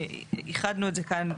איחדנו את זה כאן,